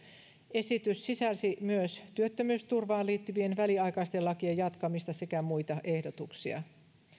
esitys sisälsi myös työttömyysturvaan liittyvien väliaikaisten lakien jatkamisen sekä muita ehdotuksia